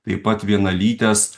taip pat vienalytes